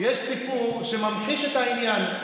סיפור שממחיש את העניין,